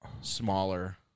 smaller